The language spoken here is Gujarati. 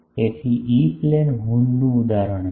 તેથી આ ઇ પ્લેન હોર્નનું ઉદાહરણ છે